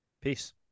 Peace